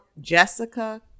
jessica